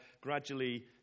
gradually